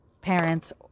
parents